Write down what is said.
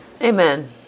Amen